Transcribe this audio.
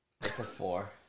Four